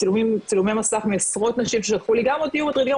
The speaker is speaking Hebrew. צילומי מסך מעשרות נשים ששלחו לי גם אותי הוא מטריד,